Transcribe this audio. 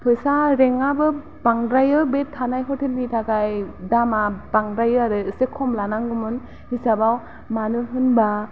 फैसा रेंआबो बांद्रायो बे थानाय हटेलनि थाखाय दामा बांद्रायो आरो एसे खम लानांगौमोन हिसाबाव मानो होनब्ला